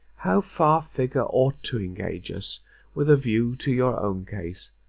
how far figure ought to engage us with a view to your own case,